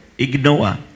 Ignore